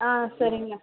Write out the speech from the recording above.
ஆ சரிங்கண்ணா